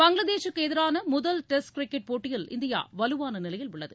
பங்களாதேசுக்கு எதிரான முதல் test cricket போட்டியில் இந்தியா வலுவான நிலையில் உள்ளது